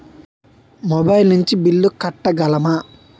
Mobile నుంచి bill కట్టగలమ?